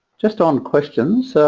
just on questions,